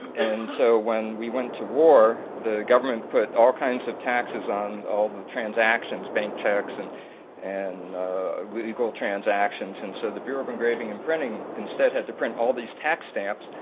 and so when we went to war the government put all kinds of taxes on all the transactions, bank checks, and and legal transactions. and so the bureau of engraving and printing instead had to print all these tax stamps,